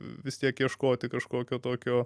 vis tiek ieškoti kažkokio tokio